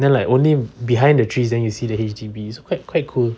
then like only behind the trees then you see the H_D_B so it's quite quite cool